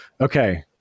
Okay